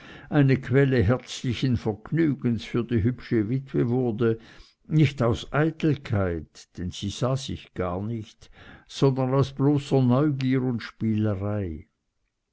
eine quelle herzlichen vergnügens für die hübsche witwe wurde nicht aus eitelkeit denn sie sah sich gar nicht sondern aus bloßer neugier und spielerei